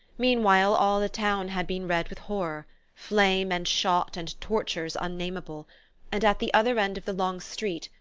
meanwhile all the town had been red with horror flame and shot and tortures unnameable and at the other end of the long street,